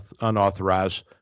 unauthorized